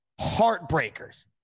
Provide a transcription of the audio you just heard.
Heartbreakers